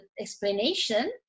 explanation